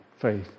faith